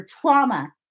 Trauma